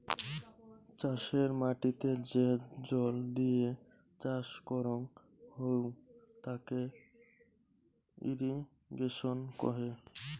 চাষের মাটিতে যে জল দিয়ে চাষ করং হউ তাকে ইরিগেশন কহে